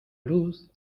luz